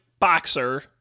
boxer